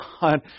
god